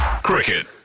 Cricket